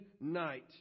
night